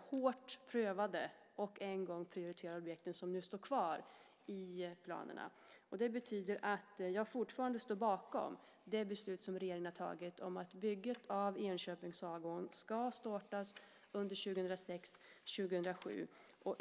hårt prövade och en gång prioriterade objekt som nu står kvar i planerna. Det betyder att jag fortfarande står bakom det beslut som regeringen har tagit om att bygget av sträckan Enköping-Sagån ska startas under 2006-2007.